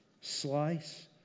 slice